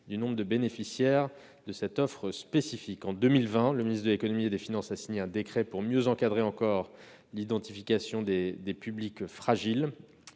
du nombre de bénéficiaires de cette offre spécifique. En 2020, le ministre de l'économie et des finances a signé un décret pour mieux encadrer encore l'identification des publics fragiles.